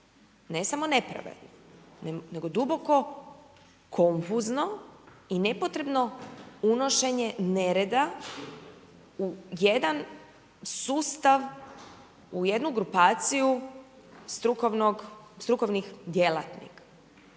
ne samo nepravedno, nego duboko konfuzno i nepotrebno unošenje nereda u jedan sustav, u jednu grupaciju, strukovnih djelatnika.